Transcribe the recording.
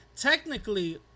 technically